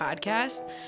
podcast